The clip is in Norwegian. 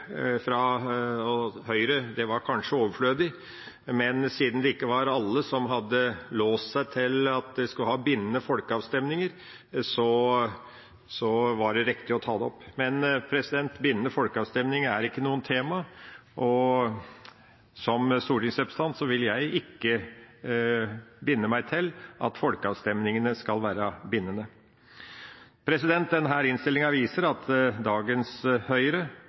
fra Høyre kanskje var overflødig, men at siden det ikke var alle som hadde låst seg til at en skulle ha bindende folkeavstemninger, var det riktig å ta det opp. Men bindende folkeavstemning er ikke noe tema, og som stortingsrepresentant vil jeg ikke binde meg til at folkeavstemningene skal være bindende. Denne innstillingen viser at dagens Høyre